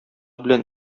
белән